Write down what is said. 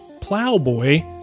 Plowboy